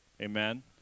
Amen